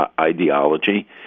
ideology